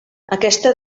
aquesta